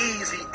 easy